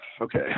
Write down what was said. Okay